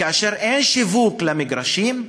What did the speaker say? כאשר אין שיווק של מגרשים,